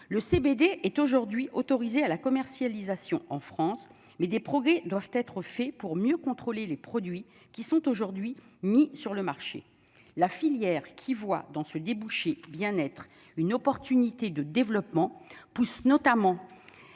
le CBD est aujourd'hui autorisé à la commercialisation en France mais des progrès doivent être faits pour mieux contrôler les produits qui sont aujourd'hui mis sur le marché, la filière qui voit dans ce débouché bien être une opportunité de développement poussent notamment